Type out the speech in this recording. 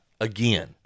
Again